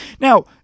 Now